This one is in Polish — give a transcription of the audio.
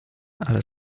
ale